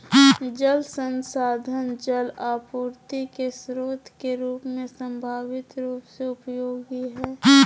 जल संसाधन जल आपूर्ति के स्रोत के रूप में संभावित रूप से उपयोगी हइ